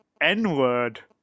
N-Word